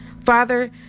Father